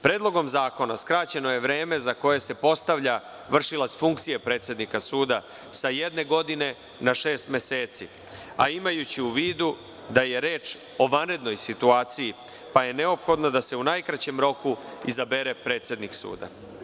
Predlogom zakona skraćeno je vreme za koje se postavlja vršilac funkcije predsednika suda sa jedne godine na šest meseci, a imajući u vidu da je reč o vanrednoj situaciji, pa je neophodno da se u najkraćem roku izabere predsednik suda.